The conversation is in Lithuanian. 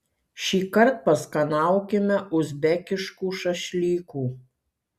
šįkart paskanaukime uzbekiškų šašlykų